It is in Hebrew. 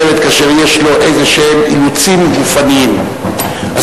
לשבת כאשר יש לו אילוצים גופניים כלשהם.